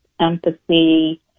empathy